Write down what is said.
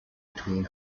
between